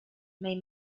may